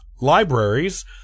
libraries